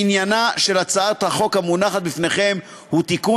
עניינה של הצעת החוק המונחת בפניכם הוא תיקון